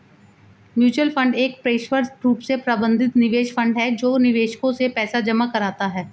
mutual fund एक पेशेवर रूप से प्रबंधित निवेश फंड है जो निवेशकों से पैसा जमा कराता है